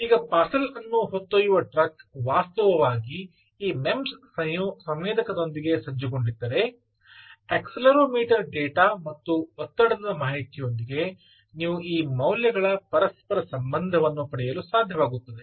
ಈಗ ಪಾರ್ಸೆಲ್ ಅನ್ನು ಹೊತ್ತೊಯ್ಯುವ ಟ್ರಕ್ ವಾಸ್ತವವಾಗಿ ಈ ಎಂಇಎಂಎಸ್ ಸಂವೇದಕದೊಂದಿಗೆ ಸಜ್ಜುಗೊಂಡಿದ್ದರೆ ಅಕ್ಸೆಲೆರೊಮೀಟರ್ ಡೇಟಾ ಮತ್ತು ಒತ್ತಡದ ಮಾಹಿತಿಯೊಂದಿಗೆ ನೀವು ಈ ಮೌಲ್ಯಗಳ ಪರಸ್ಪರ ಸಂಬಂಧವನ್ನು ಪಡೆಯಲು ಸಾಧ್ಯವಾಗುತ್ತದೆ